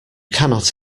cannot